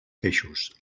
peixos